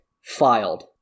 filed